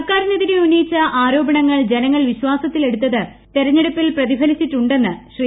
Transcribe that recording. സർക്കാരീനെതിരെ ഉന്നയിച്ച ആരോപണ ങ്ങൾ ജനങ്ങൾ വിശ്വാസിത്തിൽ എടുത്തത് തെരഞ്ഞെടുപ്പിൽ പ്രതിഫലിച്ചിട്ടുണ്ടെന്ന് പ്രദൃശ്ശീ